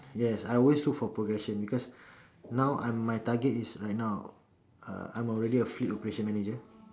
yes I always look for progression because I'm now my target is right now uh I'm already a fleet operation manager